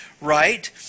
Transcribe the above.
right